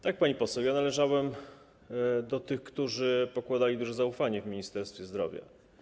Tak, pani poseł, ja należałem do tych, którzy pokładali duże zaufanie w Ministerstwie Zdrowia.